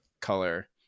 color